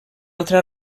altra